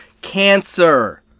cancer